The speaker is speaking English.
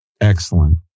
Excellent